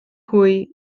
hwy